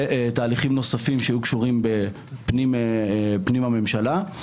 ותהליכים נוספים שהיו קשורים בפנים הממשלה.